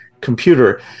computer